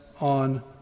on